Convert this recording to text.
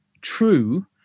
true